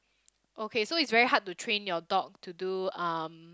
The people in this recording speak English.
okay so it's very hard to train your dog to do um